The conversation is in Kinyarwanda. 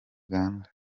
uganda